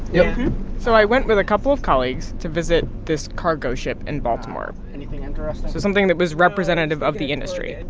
yep so i went with a couple of colleagues to visit this cargo ship in baltimore. anything under us there. so something that was representative of the industry.